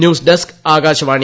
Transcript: news desk Akashvani